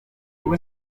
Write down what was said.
ubu